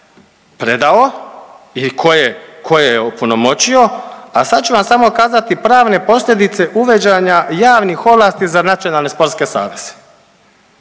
predao ili tko je opunomoćio, a sad ću vam samo kazati pravne posljedice uvođenja javnih ovlasti za nacionalne sportske saveze.